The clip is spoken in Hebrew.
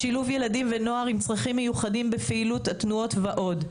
שילוב ילדים ונוער עם צרכים מיוחדים בפעילות התנועות ועוד.